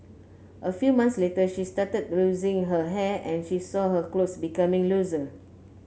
a few months later she started losing her hair and she saw her clothes becoming looser